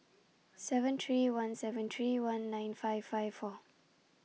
seven three one seven three one nine five five four